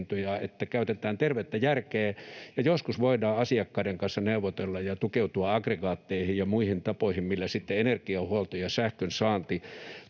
vaan käytetään tervettä järkeä ja joskus voidaan asiakkaiden kanssa neuvotella ja tukeutua aggregaatteihin ja muihin tapoihin, millä sitten energianhuolto ja sähkönsaanti